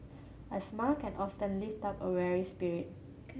a smile can often lift up a weary spirit